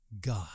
God